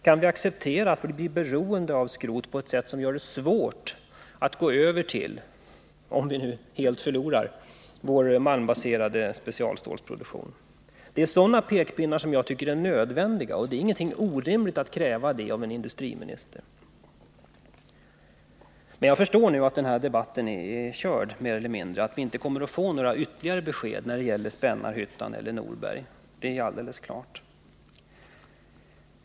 Kan vi acceptera att bli beroende av skrot på ett sätt som gör det svårt att — om vi nu helt förlorar skrotmarknaden — gå över till malmbaserad specialstålsproduktion? Det är som sagt sådana pekpinnar jag tycker är nödvändiga. Det är ingenting orimligt i att kräva det av en industriminister. Men jag förstår nu att den här debatten är mer eller mindre avförd och att vi inte kommer att få några ytterligare besked när det gäller Spännarhyttan eller Norberg. Det är alldeles klart.